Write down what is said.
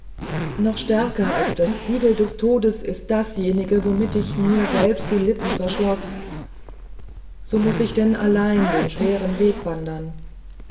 noch stärker als das siegel des todes ist dasjenige womit ich selber mir die lippen verschloß so muß ich denn allein den schweren weg wandern